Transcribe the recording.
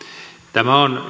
tämä on